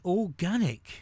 organic